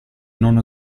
non